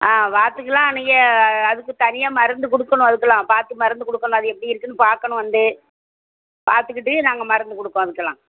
ஆ வாத்துக்கெலாம் நீங்கள் அதுக்கு தனியாக மருந்து கொடுக்கணும் அதுக்கெலாம் பார்த்து மருந்து கொடுக்கணும் அது எப்படி இருக்குதுன்னு பார்க்கணும் வந்து பார்த்துகிட்டு நாங்கள் மருந்து கொடுப்போம் அதுக்கெலாம்